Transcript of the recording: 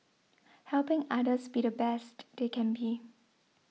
helping others be the best they can be